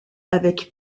avec